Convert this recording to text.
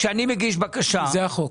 כשאני מגיש בקשה --- זה החוק.